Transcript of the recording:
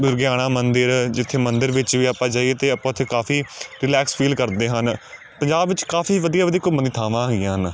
ਦੁਰਗਿਆਣਾ ਮੰਦਰ ਜਿੱਥੇ ਮੰਦਰ ਵਿੱਚ ਵੀ ਆਪਾਂ ਜਾਈਏ ਅਤੇ ਆਪਾਂ ਉਥੇ ਕਾਫੀ ਰਿਲੈਕਸ ਫੀਲ ਕਰਦੇ ਹਨ ਪੰਜਾਬ ਵਿੱਚ ਕਾਫੀ ਵਧੀਆ ਵਧੀਆ ਘੁੰਮਣ ਦੀਆਂ ਥਾਂਵਾਂ ਹੈਗੀਆ ਹਨ